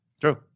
True